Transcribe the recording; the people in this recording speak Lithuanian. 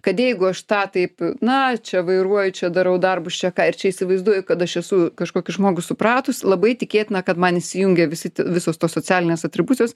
kad jeigu aš tą taip na čia vairuoju čia darau darbus čia ką ir čia įsivaizduoju kad aš esu kažkokį žmogų supratus labai tikėtina kad man įsijungia visi visos tos socialinės atribucijos